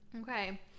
okay